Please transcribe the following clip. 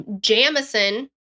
Jamison